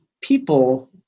people